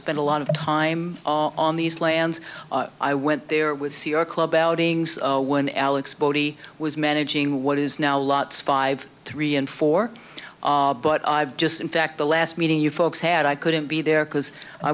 spent a lot of time on these lands i went there with sierra club outings when alex bodie was managing what is now lots five three and four but i just in fact the last meeting you folks had i couldn't be there because i